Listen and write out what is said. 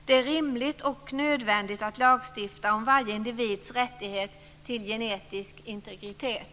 Det är rimligt och nödvändigt att lagstifta om varje individs rätt till genetisk integritet.